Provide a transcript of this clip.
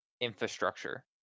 infrastructure